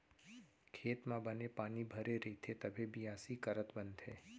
खेत म बने पानी भरे रइथे तभे बियासी करत बनथे